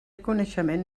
coneixement